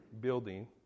building